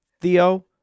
Theo